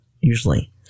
usually